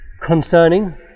concerning